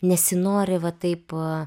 nesinori va taip